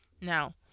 now